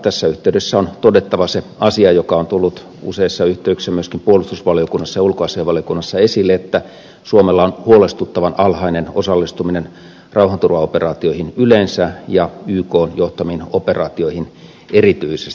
tässä yhteydessä on todettava se asia joka on tullut useissa yhteyksissä myöskin puolustusvaliokunnassa ja ulkoasiainvaliokunnassa esille että suomella on huolestuttavan alhainen osallistuminen rauhanturvaoperaatioihin yleensä ja ykn johtamiin operaatioihin erityisesti